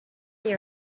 they